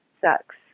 Sucks